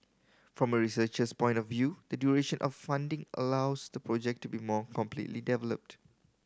from a researcher's point of view the duration of funding allows the project to be more completely developed